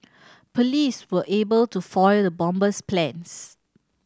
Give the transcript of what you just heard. police were able to foil the bomber's plans